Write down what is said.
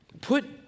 put